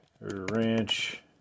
Ranch